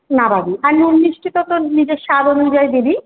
নামাবি আর নুন মিষ্টি তো তোর নিজের স্বাদ অনুযায়ী দিবি